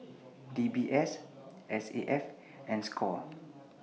D B S S A F and SCORE